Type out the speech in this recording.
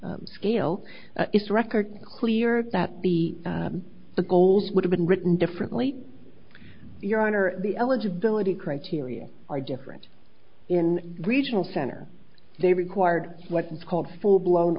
scale its record clear that the goals would have been written differently your honor the eligibility criteria are different in regional center they required what is called full blown